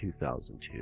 2002